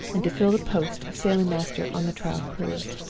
and to fill the post of sailing-master on the trial cruise.